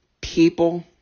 people